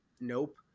Nope